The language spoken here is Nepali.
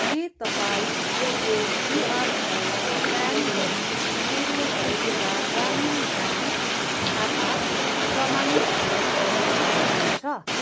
के तपाईँ यो क्युआर कोड स्क्यान गरी मेरो त्रिपुरा ग्रामीण ब्याङ्क खाता प्रमाणीकरण गर्न सक्नुहुन्छ